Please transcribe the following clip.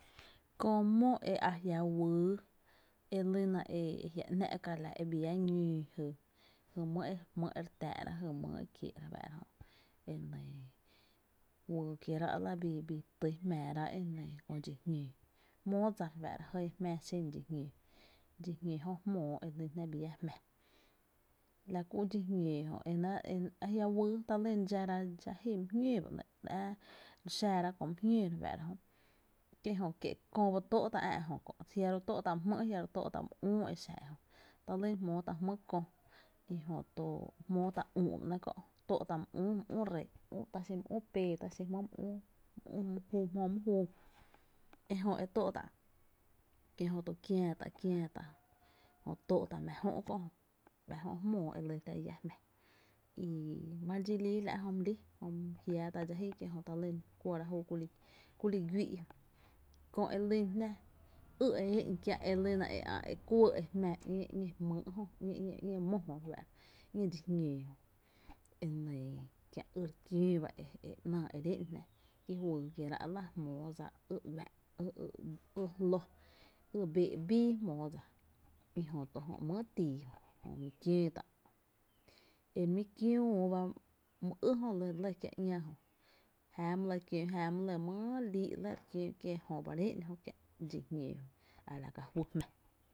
Köö mó e a jia’ wýy e lyna a jia’ ‘nⱥ’ ka e bii llá ñóó jy mý e re táá’ra jy mý e kiee’ re fáá’ra jö e nɇɇ juyy kierá’ la bii tý jmⱥⱥ rá’ e nɇɇ köö dxi jñóo jmóo dsa jɇɇ jmáá xen dxi jñóo jö jmóo e lyn jná bi llá jmá la ku dxi jñóo jö ajia’ wyý, talyn re dxára dxáá’ ji my jñóo ba nɇɇ’ ää re xara kö my jñóo re fáá’ra jö kie’ jö kié’ kó ba tó’ tá’ ä’ ejö kö’ jiaro’ tóó’ tá’ my jmý’, jiaro tóó’ tá’ my üü e xa ejö, talýn jmóo tá’ jmý’ ko i jö jmóó tá’ üü ba nɇɇ’ kö’, tóó tá’ my üü ree’ my üü pee taxi jmý’ my üü jö my júú e jö e tóó’ tá’ kié’ jö tó kiää tá’, kiää tá’ kie jö tóóp’ ta’ mⱥ jö’ kö’ jö e jö’ jmóo e lyn jná llá jmⱥ i mare dxi lii la’ jö my líi jiáá tá’ dxá’ jy kié’ jö talyn re kuɇra júu ku li güii’ kó elýn jná ý e éé’ kiä’ e lyna e kuɇ e jmá ‘ñéé jmý’ jö o ñé mó jö re fáá’ra, ñéé dxi jñóo jö e nɇɇ kiä’ ý re kiöö ba e ‘náá e re éé’n e jö kí juyy kiéérá’ la, jmóo dsa ý uⱥⱥ’ ý jló ý bee’ bíí jmóo dsa i jö to jö mýy e tii jö jö mi kiöö tá’ e mi kiüü ba my ý jö elɇ kiáá ‘ñaa jö jáaá my lɇ kiöö jáaá my lɇ my lii’ lɇ re kiöö kie’ jö ba re éé’n jö kiä’ dxi jñóo jöa a la ka juy jmá.